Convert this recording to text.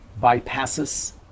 bypasses